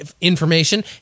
information